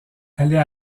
allait